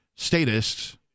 Statists